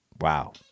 wow